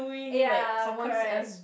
ya correct